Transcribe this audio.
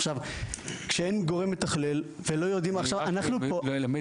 עכשיו כשאין גורם מתכלל ולא יודעים --- אני למד